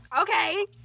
Okay